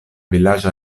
vilaĝa